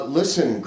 listen